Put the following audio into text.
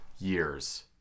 years